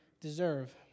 deserve